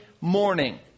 morning